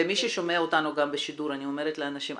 ומי ששומע אותנו גם בשידור אני אומרת לאנשים,